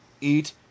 Eat